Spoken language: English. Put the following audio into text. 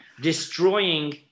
destroying